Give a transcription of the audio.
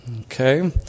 Okay